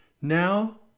now